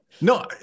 no